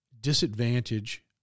disadvantage